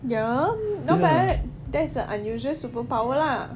ya not bad that's an unusual superpower lah